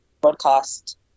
broadcast